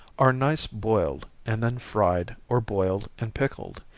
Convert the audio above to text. are nice boiled, and then fried, or boiled and pickled,